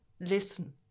Listen